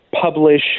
publish